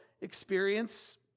experience